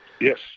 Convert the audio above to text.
yes